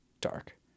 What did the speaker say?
dark